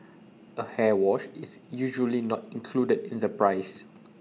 A hair wash is usually not included in the price